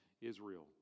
Israel